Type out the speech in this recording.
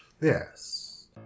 Yes